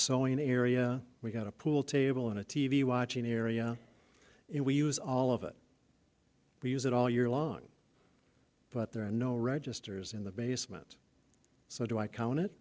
sewing area we've got a pool table and a t v watching area if we use all of it we use it all year long but there are no registers in the basement so do i count it